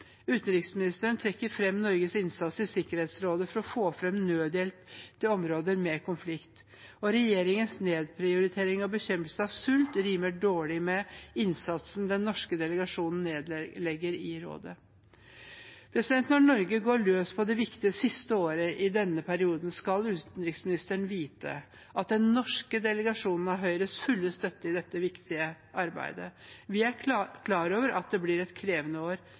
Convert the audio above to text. Utenriksministeren trakk frem Norges innsats i Sikkerhetsrådet for å få frem nødhjelp til områder med konflikt. Regjeringens nedprioritering av bekjempelse av sult rimer dårlig med innsatsen den norske delegasjonen nedlegger i rådet. Når Norge går løs på det viktige siste året i denne perioden, skal utenriksministeren vite at den norske delegasjonen har Høyres fulle støtte i dette viktige arbeidet. Vi er klar over at det blir et krevende år,